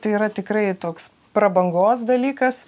tai yra tikrai toks prabangos dalykas